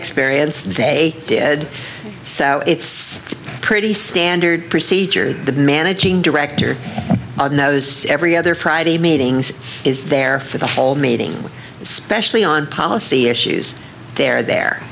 experience they did so it's pretty standard procedure the managing director knows every other friday meetings is there for the hall meeting especially on policy issues they're there